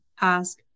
ask